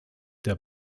der